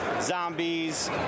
zombies